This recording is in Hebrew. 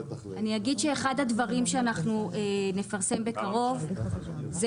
שאחד הדברים שנפרסם בקרוב זה